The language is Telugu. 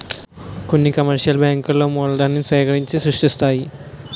కొన్ని కమర్షియల్ బ్యాంకులు మూలధనాన్ని సేకరించి సంపద సృష్టిస్తాయి